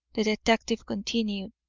the detective continued,